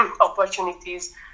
opportunities